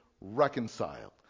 reconciled